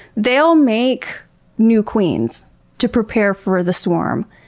they'll make new queens to prepare for the swarm.